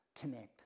connect